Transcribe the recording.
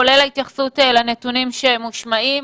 כולל ההתייחסות לנתונים שמושמעים.